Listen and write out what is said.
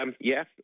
Yes